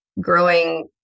growing